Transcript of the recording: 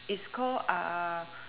is call